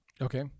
Okay